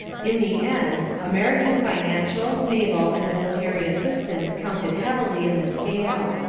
in the end, american financial, naval, and military assistance counted heavily in the scale.